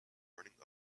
running